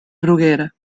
bruguera